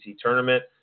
tournament